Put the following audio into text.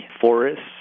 forests